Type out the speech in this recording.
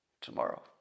tomorrow